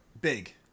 Big